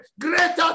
Greater